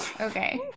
Okay